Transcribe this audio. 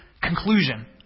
conclusion